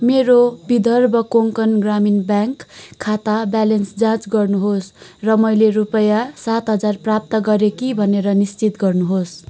मेरो विदर्भ कोंकण ग्रामीण ब्याङ्क खाता ब्यालेन्स जाँच गर्नुहोस् र मैले रुपैयाँ सात हतार प्राप्त गरेँ कि भनेर निश्चित गर्नुहोस्